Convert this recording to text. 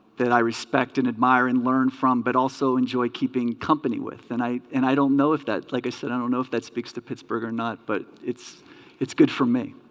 that i respect and admire and learn from but also enjoy keeping company with and i and i don't know if that like i said i don't know if that speaks to pittsburgh or not but it's it's good for me